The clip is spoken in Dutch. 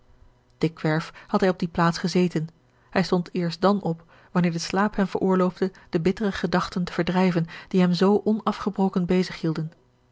dikwerf had hij op die plaats gezeten hij stond eerst dam op wanneer de slaap hem veroorloofde de bittere gedachten te verdrijven die hem zoo onafgebroken bezig hielden